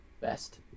best